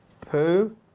Poo